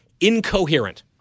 incoherent